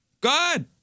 Good